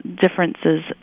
differences